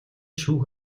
шүүх